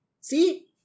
See